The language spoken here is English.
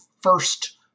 first